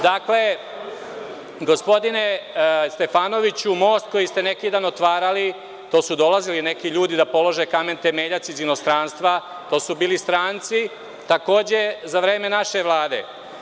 Dakle, gospodine Stefanoviću, most koji ste neki dan otvarali, te su dolazili neki ljudi da polože kamen temeljac iz inostranstva, to su bili stranci takođe za vreme naše Vlade.